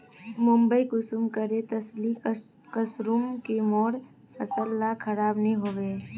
मुई कुंसम करे तसल्ली करूम की मोर फसल ला खराब नी होबे?